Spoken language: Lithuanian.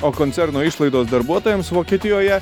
o koncerno išlaidos darbuotojams vokietijoje